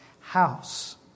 house